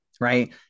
right